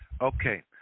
Okay